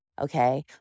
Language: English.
Okay